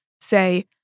say